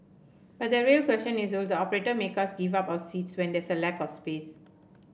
but the real question is will the operator make us give up our seats when there's a lack of space